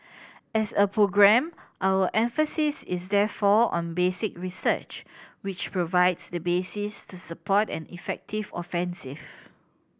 as a programme our emphasis is therefore on basic research which provides the basis to support an effective offensive